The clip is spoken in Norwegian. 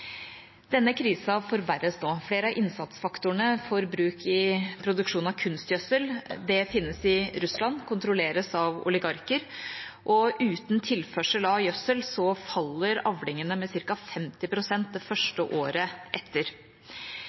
Denne krisen forverres nå. Flere av innsatsfaktorene i produksjonen av kunstgjødsel finnes i Russland og kontrolleres av oligarker. Uten tilførsel av gjødsel faller avlingene med 50 pst. det første året etter.